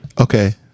Okay